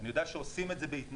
אני יודע שעושים את זה בהתנדבות,